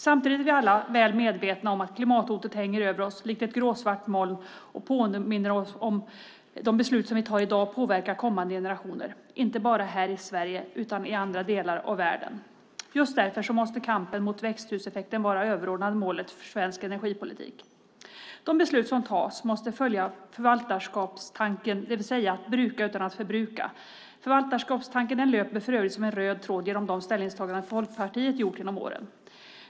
Samtidigt är vi alla väl medvetna om att klimathotet hänger över oss likt ett gråsvart moln och påminner oss om att de beslut vi fattar i dag påverkar kommande generationer, inte bara här i Sverige utan också i andra delar av världen. Därför måste kampen mot växthuseffekten vara överordnad målet för svensk energipolitik. De beslut som fattas måste följa förvaltarskapstanken, det vill säga bruka utan att förbruka. Förvaltarskapstanken löper som en röd tråd genom de ställningstaganden som Folkpartiet har gjort genom åren.